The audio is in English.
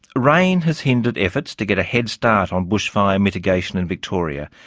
rain has hindered efforts to get a head start on bushfire mitigation in victoria,